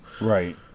Right